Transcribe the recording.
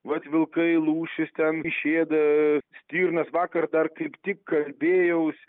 mat vilkai lūšys ten išėda stirnas vakar dar kaip tik kalbėjaus